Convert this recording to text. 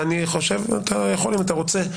אתה יכול אם אתה רוצה.